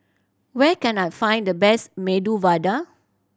where can I find the best Medu Vada